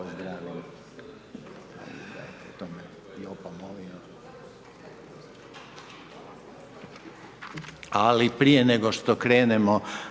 Ali prije nego što krenemo